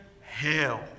hell